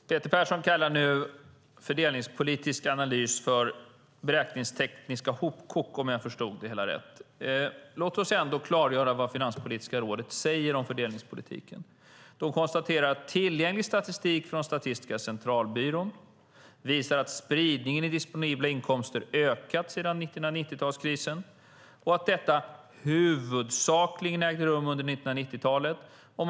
Herr talman! Peter Persson kallar nu fördelningspolitisk analys för beräkningstekniska hopkok, om jag förstod det hela rätt. Låt oss klargöra vad Finanspolitiska rådet säger om fördelningspolitiken. De konstaterar att tillgänglig statistik från SCB visar att spridningen i disponibla inkomster ökat sedan 1990-talskrisen och att detta huvudsakligen ägde rum under 1990-talet.